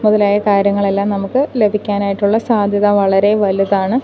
മുതലായ കാര്യങ്ങളെല്ലാം നമുക്ക് ലഭിക്കാനായിട്ടുള്ള സാധ്യത വളരെ വലുതാണ്